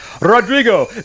Rodrigo